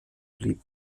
blieb